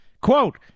Quote